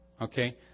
Okay